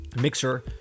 Mixer